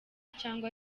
cyangwa